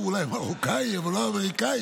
הוא אולי מרוקאי אבל לא אמריקאי,